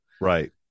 Right